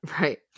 Right